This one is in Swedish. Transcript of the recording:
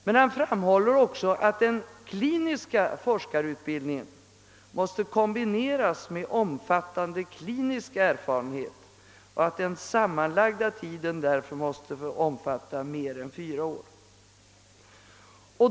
Men han framhåller också att den kliniska forskarutbildningen bör kombineras med omfattande klinisk erfarenhet och att den sammanlagda tiden därför måste omfatta mer än fyra år.